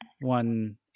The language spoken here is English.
one